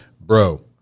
bro